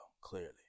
clearly